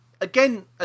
again